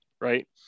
right